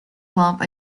lump